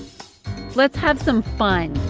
let's have some fun